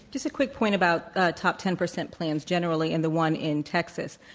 just a quick point about ah top ten percent plans generally and the one in texas.